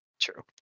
True